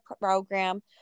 program